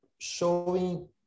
showing